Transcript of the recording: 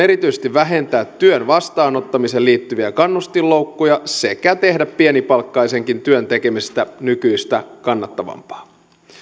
erityisesti vähentää työn vastaanottamiseen liittyviä kannustinloukkuja sekä tehdä pienipalkkaisenkin työn tekemisestä nykyistä kannattavampaa